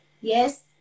Yes